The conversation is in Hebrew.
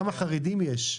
כמה חרדים יש?